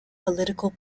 political